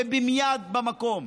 ומייד במקום.